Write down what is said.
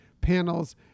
panels